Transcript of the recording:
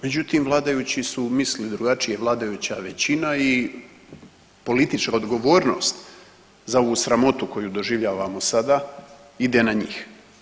Međutim, vladajući su mislili drugačije, vladajuća većina i politička odgovornost za ovu sramotu koju doživljavamo sada ide na njih.